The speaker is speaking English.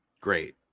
Great